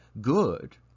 good